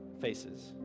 faces